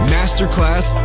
Masterclass